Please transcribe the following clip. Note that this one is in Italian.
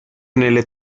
nelle